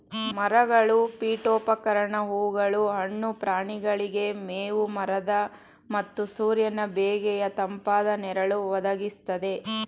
ಮರಗಳು ಪೀಠೋಪಕರಣ ಹೂಗಳು ಹಣ್ಣು ಪ್ರಾಣಿಗಳಿಗೆ ಮೇವು ಮರದ ಮತ್ತು ಸೂರ್ಯನ ಬೇಗೆಯ ತಂಪಾದ ನೆರಳು ಒದಗಿಸ್ತದೆ